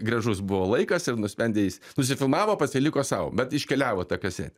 gražus buvo laikas ir nusprendė jis nusifilmavo pasiliko sau bet iškeliavo ta kasete